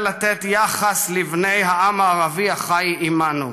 לתת יחס לבני העם הערבי החי עימנו,